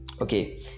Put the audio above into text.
Okay